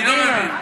אני לא מבין: